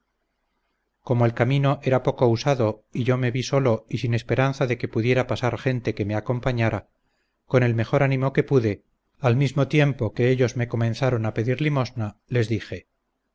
como el camino era poco usado y yo me vi solo y sin esperanza de que pudiera pasar gente que me acompañara con el mejor ánimo que pude al mismo tiempo que ellos me comenzaron a pedir limosna les dije